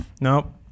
Nope